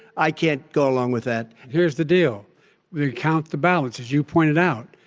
i can't go along with that. here's the deal they count the ballots. as you've pointed out,